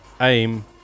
AIM